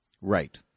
Right